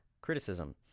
criticism